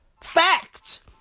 Fact